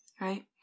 Right